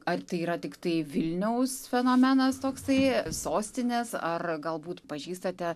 ar tai yra tiktai vilniaus fenomenas toksai sostinės ar galbūt pažįstate